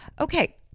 Okay